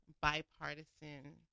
bipartisan